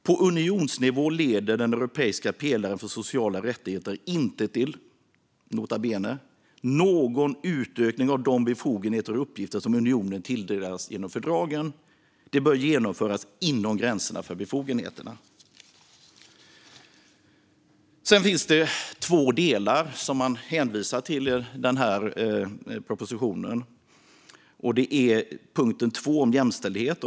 På unionsnivå leder den europeiska pelaren för sociala rättigheter inte till, nota bene, någon utökning av de befogenheter och uppgifter som unionen tilldelas genom fördragen. De bör genomföras inom gränserna för befogenheterna. Det finns två delar som man hänvisar till i propositionen. Den ena är punkt 2 om jämställdhet.